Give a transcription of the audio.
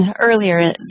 earlier